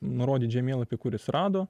nurodyt žemėlapy kuris jis rado